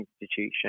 institution